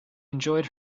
enjoyed